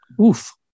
Oof